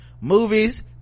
movies